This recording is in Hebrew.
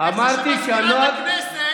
איך זה שמזכירת הכנסת,